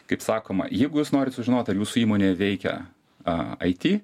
kaip sakoma jeigu jūs norit sužinot ar jūsų įmonė veikia it